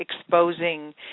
exposing